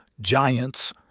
giants